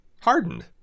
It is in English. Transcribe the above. hardened